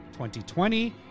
2020